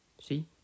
See